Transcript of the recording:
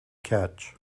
catch